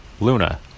Luna